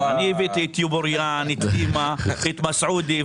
אני הבאתי את יבוריאן, את לימה, את מסודי.